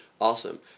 awesome